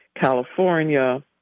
California